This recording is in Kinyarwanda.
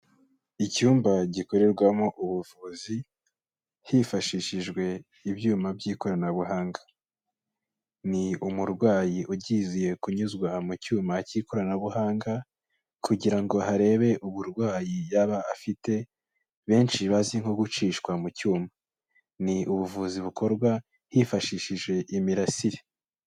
Icyumba gikorerwamo ubuvuzi, hifashishijwe ibyuma by'ikoranabuhanga. Ni umurwayi ugiye kunyuzwa mu cyuma cy'ikoranabuhanga, kugirango harebe uburwayi yaba yaba afite, benshi bazi nko gucishwa mu cyuma. Ni ubuvuzi bukorwa hifashishijejwe imirasire.